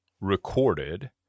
recorded